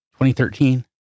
2013